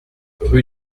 rue